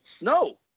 No